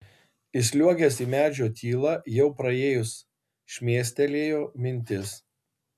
įsliuogęs į medžio tylą jau praėjus šmėstelėjo mintis